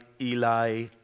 Eli